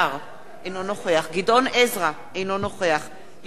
אינו נוכח גדעון עזרא, אינו נוכח יוסי פלד,